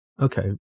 Okay